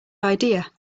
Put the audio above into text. idea